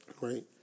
Right